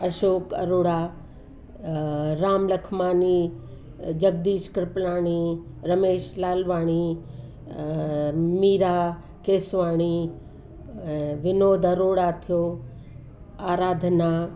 अशोक अरोड़ा राम लखमाणी जगदीश कृपलाणी रमेश लालवाणी मीरा केसवाणी विनोद अरोड़ा थियो आराधना